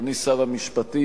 אדוני שר המשפטים,